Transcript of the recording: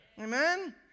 Amen